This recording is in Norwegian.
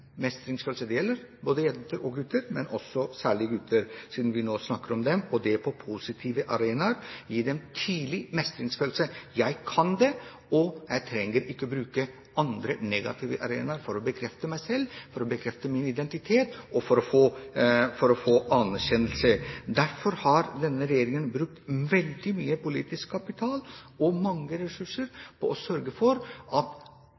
det gjelder både jenter og gutter, men særlig gutter, siden vi nå snakker om dem – på positive arenaer: Jeg kan det, og jeg trenger ikke bruke andre, negative arenaer for å bekrefte meg selv, for å bekrefte min identitet og for å få anerkjennelse. Derfor har denne regjeringen brukt veldig mye politisk kapital og mange ressurser på å sørge for at